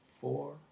four